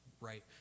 right